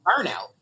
burnout